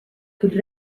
küll